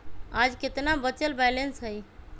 आज केतना बचल बैलेंस हई?